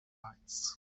lights